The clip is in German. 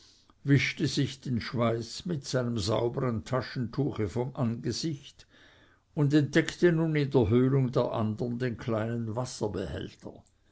wischte sich den schweiß mit seinem saubern taschentuche vom angesicht und entdeckte nun in der höhlung der andern den kleinen wasserbehälter